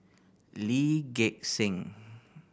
Lee Gek Seng